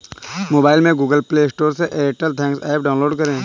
mobile में Google Play Store से Airtel thanks app download करें